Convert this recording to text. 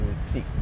seek